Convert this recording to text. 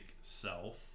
self